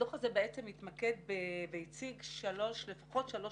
הדוח הזה התמקד והציג לפחות שלוש